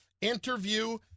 interview